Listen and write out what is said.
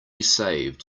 saved